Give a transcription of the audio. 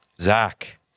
Zach